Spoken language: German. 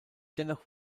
dennoch